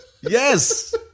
Yes